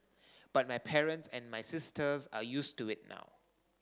but my parents and my sisters are used to it now